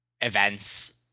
events